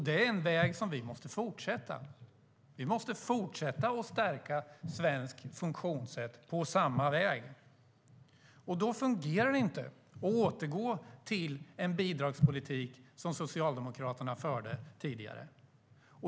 Denna väg måste vi fortsätta. Vi måste fortsätta stärka svenskt funktionssätt på samma väg. Då fungerar det inte att återgå till den bidragspolitik som Socialdemokraterna förde tidigare.